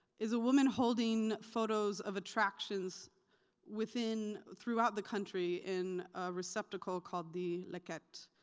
is a woman holding photos of attractions within throughout the country in a receptacle called the leket.